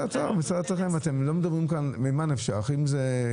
ממה נפשך?